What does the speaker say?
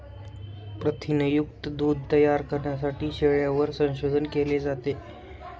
प्रथिनयुक्त दूध तयार करण्यासाठी शेळ्यांवर संशोधन केले जाते